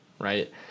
right